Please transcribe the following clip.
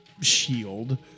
shield